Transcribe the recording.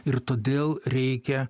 ir todėl reikia